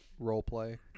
roleplay